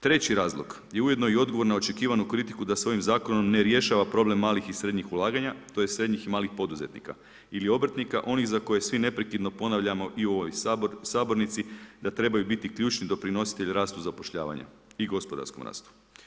Treći razlog i ujedno i odgovor na očekivanu kritiku da se ovim zakonom ne rješava problem malih i srednjih ulaganja, tj. srednjih i malih poduzetnika ili obrtnika, onih za koje svi neprekidno ponavljamo i u ovoj sabornici da trebaju biti ključni doprinositelj rastu zapošljavanja i gospodarskom rastu.